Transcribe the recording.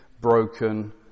broken